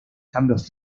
cambios